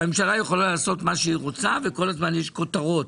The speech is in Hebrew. שהממשלה יכולה לעשות מה שהיא רוצה וכל הזמן יש כותרות.